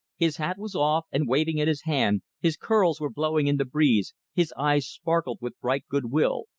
his hat was off and waving in his hand, his curls were blowing in the breeze, his eyes sparkled with bright good-will,